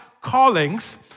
callings